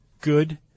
good